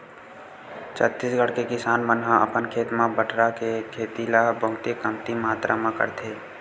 छत्तीसगढ़ के किसान मन ह अपन खेत म बटरा के खेती ल बहुते कमती मातरा म करथे